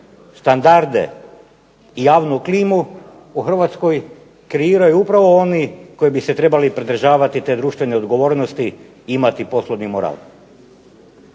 standarde i javnu klimu u Hrvatskoj kreiraju upravo oni koji bi se trebali pridržati te društvene odgovornosti i imati poslovni moral.